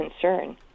concern